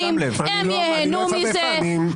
הם ייהנו מזה,